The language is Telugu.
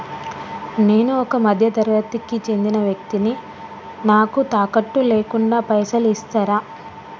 నేను ఒక మధ్య తరగతి కి చెందిన వ్యక్తిని నాకు తాకట్టు లేకుండా పైసలు ఇస్తరా?